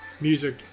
music